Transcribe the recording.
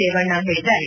ರೇವಣ್ಣ ಹೇಳಿದ್ದಾರೆ